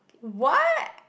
what